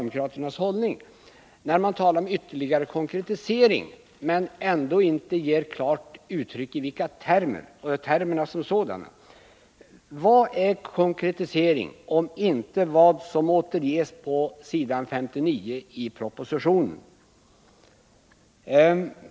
Man talar om ytterligare konkretisering men ger ändå inte klart uttryck för i vilka termer den skulle ske. Vad är konkretisering om inte det som återges på s. 59 i propositionen?